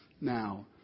now